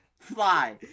Fly